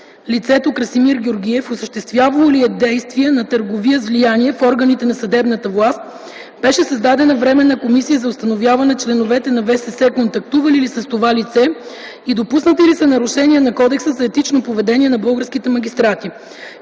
лицето Красимир Георгиев, осъществявало ли е действия на търговия с влияние в органите на съдебната власт беше създадена Временна комисия за установяване членове на ВСС контактували ли са с това лице и допуснати ли са нарушения на Кодекса за етично поведение на българските магистрати.